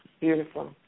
Beautiful